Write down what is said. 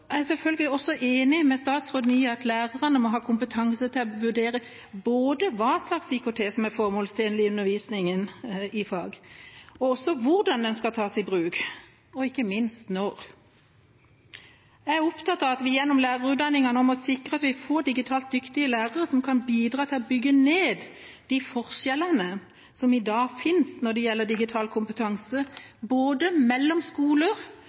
Jeg er selvfølgelig også enig med statsråden i at lærerne må ha kompetanse til å vurdere både hva slags IKT som er formålstjenlig i undervisningen i fag, hvordan det skal tas i bruk, og ikke minst når. Jeg er opptatt av at vi gjennom lærerutdanningen nå må sikre at vi får digitalt dyktige lærere som kan bidra til å bygge ned de forskjellene som i dag finnes når det gjelder digital kompetanse – både mellom skoler